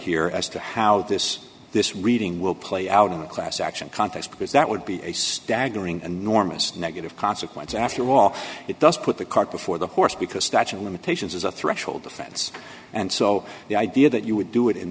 here as to how this this reading will play out in a class action context because that would be a staggering and norma's negative consequence after all it does put the cart before the horse because statute of limitations is a threshold offense and so the idea that you would do it in